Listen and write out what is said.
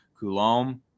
Coulomb